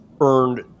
earned